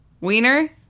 Wiener